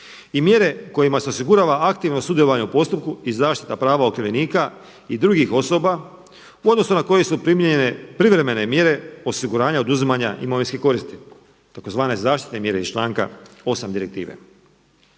i mjere kojima se osigurava aktivno sudjelovanje u postupku i zaštita prava okrivljenika i drugih osoba u odnosu na koji su primijenjene privremene mjere osiguranja oduzimanja imovinske koristi tzv. zaštitne mjere iz članka 8. direktive.